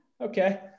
okay